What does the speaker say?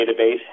database